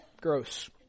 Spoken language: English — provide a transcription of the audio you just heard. Gross